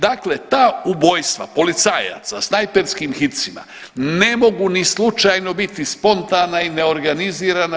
Dakle ta ubojstva policajaca snajperskim hicima ne mogu ni slučajno biti spontana i neorganizirana.